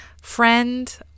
friend